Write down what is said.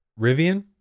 Rivian